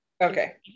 Okay